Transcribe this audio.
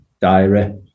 diary